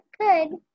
Good